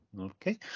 okay